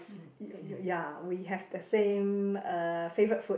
you you ya we have the same uh favourite food